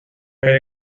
per